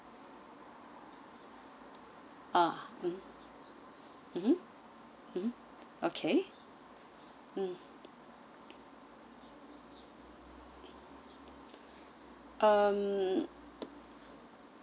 ah mmhmm okay mm um